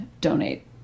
donate